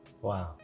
Wow